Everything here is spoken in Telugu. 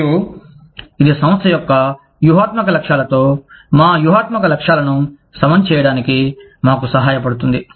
మరియు ఇది సంస్థ యొక్క వ్యూహాత్మక లక్ష్యాలతో మా వ్యూహాత్మక లక్ష్యాలను సమం చేయడానికి మాకు సహాయపడుతుంది